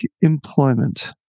Employment